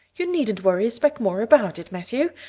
you needn't worry a speck more about it, matthew.